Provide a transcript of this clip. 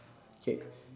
K